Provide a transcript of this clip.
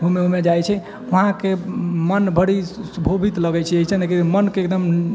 घुमै ओहिमे जाइ छै वहाँके मोन बड़ी भोवित लगै छै अइसे ने कि मोनके एकदम